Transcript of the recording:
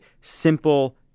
simple